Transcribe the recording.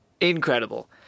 Incredible